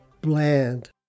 bland